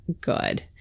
good